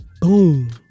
Boom